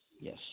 yes